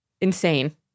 insane